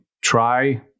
try